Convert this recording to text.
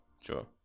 sure